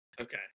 Okay